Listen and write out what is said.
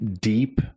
deep